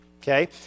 okay